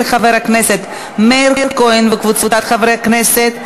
של חבר הכנסת מאיר כהן וקבוצת חברי הכנסת.